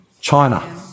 China